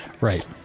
Right